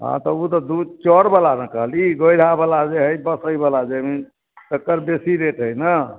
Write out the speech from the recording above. हँ तऽ उ तऽ दू चऽरवला ने कहली गोरिहावला जे हइ बसैवला जमीन तक्कर बेसी रेट हइ ने